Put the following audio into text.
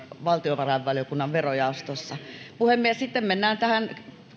valtiovarainvaliokunnan verojaostossa puhemies sitten mennään tähän